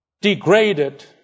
degraded